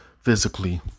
physically